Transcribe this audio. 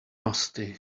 musty